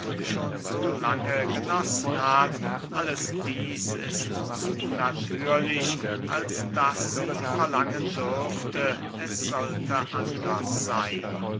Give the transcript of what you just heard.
schon so lange genossen hat alles dieß ist zu natürlich als daß sie verlangen dürfte es sollte anders seyn